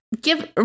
Give